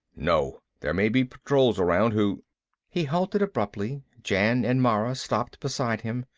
no. there may be patrols around who he halted abruptly. jan and mara stopped beside him.